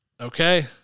Okay